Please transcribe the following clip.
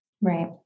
Right